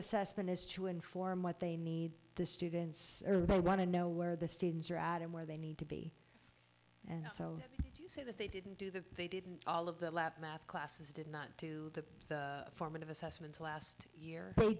assessment is to inform what they need the students early they want to know where the students are out and where they need to be and so you see that they didn't do that they didn't all of the lab math classes did not do the formative assessments last year